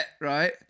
Right